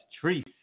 trees